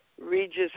Regis